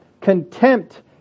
contempt